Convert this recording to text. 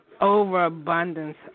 overabundance